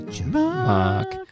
Mark